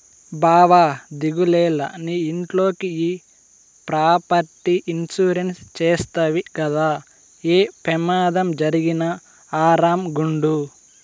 బావా దిగులేల, నీ ఇంట్లోకి ఈ ప్రాపర్టీ ఇన్సూరెన్స్ చేస్తవి గదా, ఏ పెమాదం జరిగినా ఆరామ్ గుండు